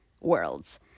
worlds